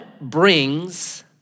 brings